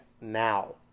now